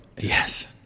Yes